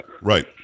Right